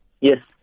yes